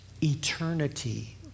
Eternity